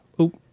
Oop